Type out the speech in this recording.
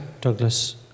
Douglas